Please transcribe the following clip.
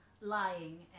lying